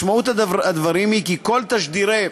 משמעות הדברים היא כי כל תשדירי